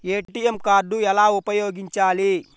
ATM card ఎలా ఉపయోగించాలి?